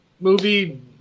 movie